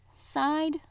side